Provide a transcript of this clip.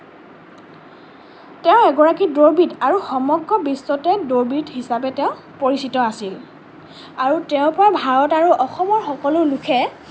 তেওঁ এগৰাকী দৌৰবিদ আৰু সমগ্ৰ বিশ্বতে দৌৰবিদ হিচাপে তেওঁ পৰিচিত আছিল আৰু তেওঁৰ পৰা ভাৰত আৰু অসমৰ সকলো লোকে